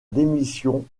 démission